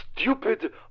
stupid